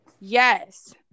Yes